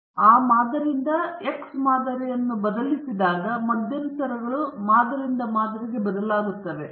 ಆದ್ದರಿಂದ ಮಾದರಿಯಿಂದ X ಮಾದರಿಯು ಬದಲಿಸಿದಾಗ ಮಧ್ಯಂತರಗಳು ಮಾದರಿಯಿಂದ ಮಾದರಿಗೆ ಬದಲಾಗುತ್ತದೆ